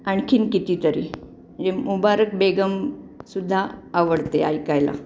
आणखी कितीतरी म्हणजे मुबारक बेगम सुद्धा आवडते ऐकायला